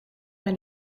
hij